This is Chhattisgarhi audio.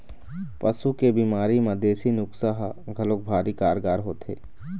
पशु के बिमारी म देसी नुक्सा ह घलोक भारी कारगार होथे